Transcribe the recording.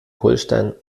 holstein